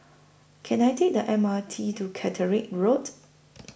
Can I Take The M R T to Caterick Road